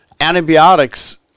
antibiotics